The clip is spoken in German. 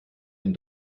den